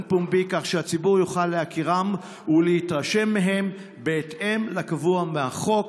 פומבי כך שהציבור יוכל להכירם ולהתרשם מהם בהתאם לקבוע בחוק,